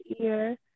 ear